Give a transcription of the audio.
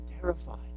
terrified